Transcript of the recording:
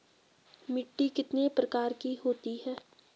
मिट्टी कितने प्रकार की होती है?